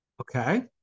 okay